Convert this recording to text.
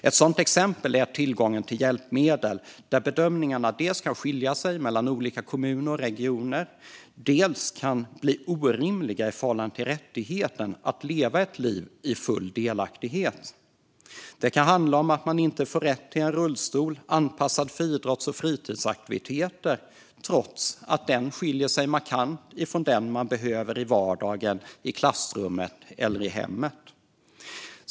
Ett sådant exempel är tillgången till hjälpmedel där bedömningarna dels kan skilja sig mellan olika kommuner och regioner, dels kan bli orimliga i förhållande till rättigheten att leva ett liv i full delaktighet. Det kan handla om att man inte får rätt till en rullstol som är anpassad till idrotts och fritidsaktiviteter trots att den skiljer sig markant från den man behöver i vardagen, i klassrummet eller i hemmet.